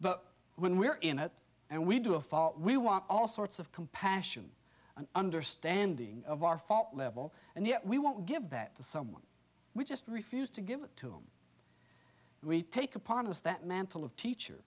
but when we're in it and we do a far we want all sorts of compassion and understanding of our thought level and yet we want to give that to someone we just refused to give it to them we take upon is that mantle of teacher